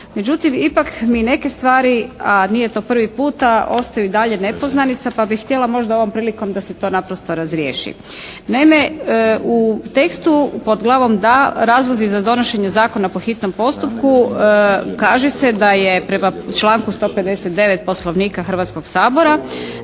Međutim, ipak mi neke stvari a nije to prvi puta ostaju i dalje nepoznanica pa bih htjela možda ovom prilikom da se to naprosto razriješi. Naime, u tekstu pod glavom II, razlozi za donošenje zakona po hitnom postupku kaže se da je prema članku 159. Poslovnika Hrvatskog sabora,